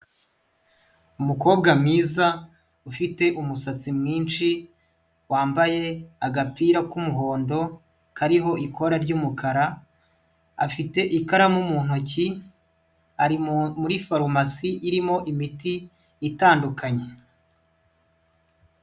Umukobwa mwiza ufite umusatsi mwinshi, wambaye agapira k'umuhondo kariho ibara ry'umukara, afite ikaramu mu ntoki ari muri farumasi irimo imiti itandukanye.